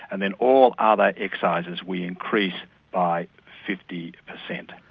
and then all other excises we increase by fifty percent.